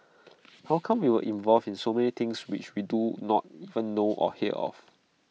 how come we are involved in so many things which we do not even know or hear of